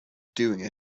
doing